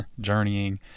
journeying